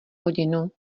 hodinu